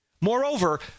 Moreover